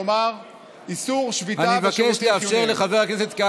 כלומר איסור שביתה בשירותים חיוניים.